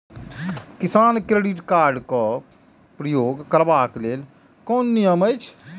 किसान credit card क प्रयोग करबाक लेल कोन नियम अछि?